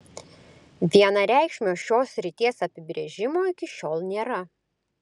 vienareikšmio šios srities apibrėžimo iki šiol nėra